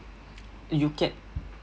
eh you can